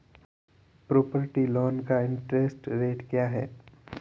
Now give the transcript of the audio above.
Property loan का interest rate क्या है?